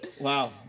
Wow